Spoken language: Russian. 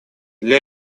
для